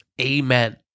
amen